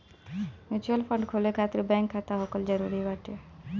mutual fund खोले खातिर bank खाता होखल जरुरी बाटे